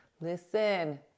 Listen